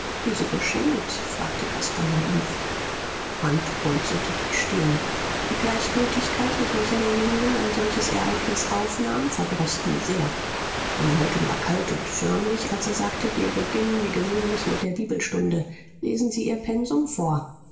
wieso geschenkt fragte caspar naiv quandt runzelte die stirn die gleichgültigkeit mit welcher der jüngling ein solches ereignis aufnahm verdroß ihn sehr seine haltung war kalt und förmlich als er sagte wir beginnen wie gewöhnlich mit der bibelstunde lesen sie ihr pensum vor